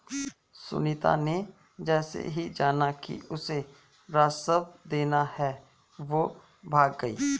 सुनीता ने जैसे ही जाना कि उसे राजस्व देना है वो भाग गई